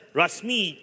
rasmi